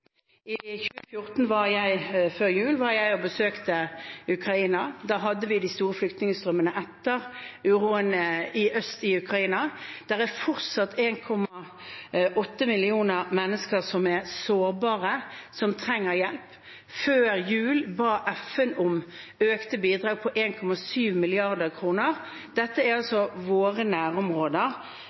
Før jul i 2014 besøkte jeg Ukraina. Da hadde vi de store flyktningstrømmene etter uroen øst i Ukraina. Det er fortsatt 1,8 millioner mennesker som er sårbare, og som trenger hjelp. Før jul ba FN om økte bidrag på 1,7 mrd. kr. Dette er altså våre nærområder,